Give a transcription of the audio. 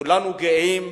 כולנו גאים,